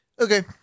okay